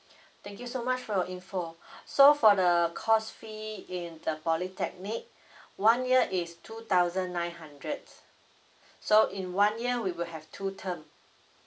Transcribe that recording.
thank you so much for your info so for the cost fee in the polytechnic one year is two thousand nine hundreds so in one year we will have two term